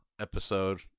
episode